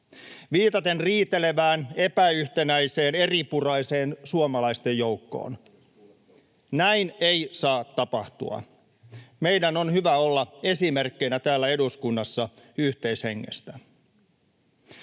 viitaten riitelevään, epäyhtenäiseen ja eripuraiseen suomalaisten joukkoon. Näin ei saa tapahtua. Meidän täällä eduskunnassa on hyvä